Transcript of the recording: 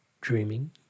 Dreaming